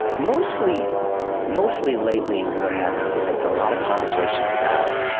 mostly mostly lately what happens is it's a lot of conversations about,